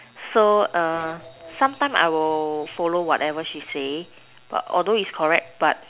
so sometime I will follow whatever she say but although it's correct but